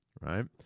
right